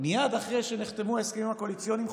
מייד אחרי שנחתמו ההסכמים הקואליציוניים,